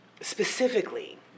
specifically